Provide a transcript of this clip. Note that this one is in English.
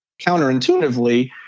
counterintuitively